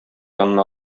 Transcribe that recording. янына